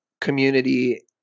community